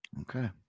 Okay